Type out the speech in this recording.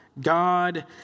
God